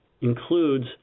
includes